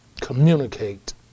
Communicate